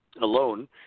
alone